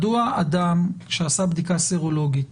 מדוע אדם שעשה בדיקה סרולוגית